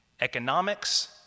economics